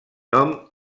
nom